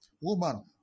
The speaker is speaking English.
Woman